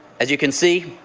as you can see,